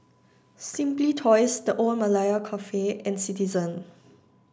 simply Toys The Old Malaya Cafe and Citizen